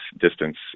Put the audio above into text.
distance